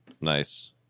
Nice